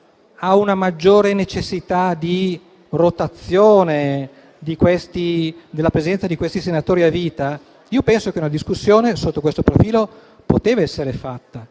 di una maggiore necessità di rotazione della presenza dei senatori a vita, penso che una discussione sotto questo profilo poteva essere fatta,